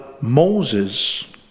Moses